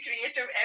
creative